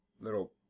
little